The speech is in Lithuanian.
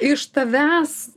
iš tavęs